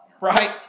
Right